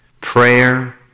prayer